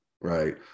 right